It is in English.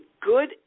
good